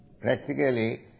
Practically